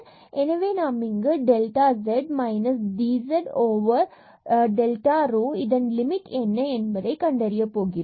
எனவே நாம் இங்கு delta z minus dz delta rho இதன் லிமிட் என்ன என்பதை கண்டறிய போகிறோம்